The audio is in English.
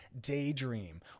daydream